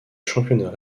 championnat